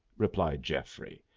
replied geoffrey.